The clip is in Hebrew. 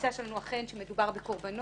התפיסה שלנו היא אכן שמדובר בקורבנות,